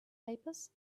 papers